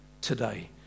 today